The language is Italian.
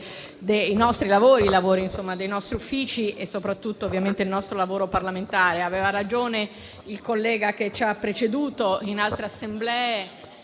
riguarda i lavori dei nostri uffici e soprattutto il nostro lavoro parlamentare. Ha ragione il collega che ci ha preceduto: in altre Assemblee,